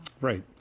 right